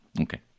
Okay